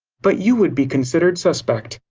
but you would be considered suspect.